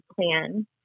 plan